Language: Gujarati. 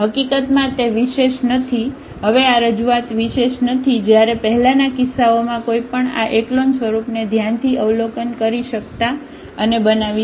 હકીકતમાં તે વિશેષ નથી હવે આ રજૂઆત વિશેષ નથી જયારે પહેલાના કિસ્સાઓમાં કોઈપણ આ એકલોન સ્વરૂપને ધ્યાનથી અવલોકન કરી શકતા અને બનાવી શકતા